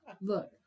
look